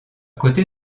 côté